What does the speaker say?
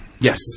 Yes